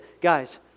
Guys